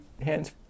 hands